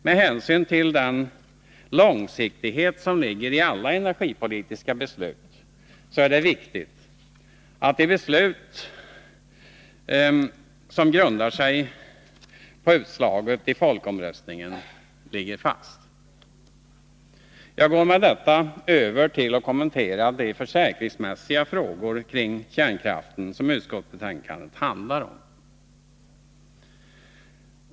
Med hänsyn till den långsiktighet som ligger i alla energipolitiska beslut är det viktigt att de beslut som grundar sig på utslaget i folkomröstningen ligger fast. Jag går med detta över till att kommentera de försäkringsmässiga frågor kring kärnkraften som utskottsbetänkandet handlar om.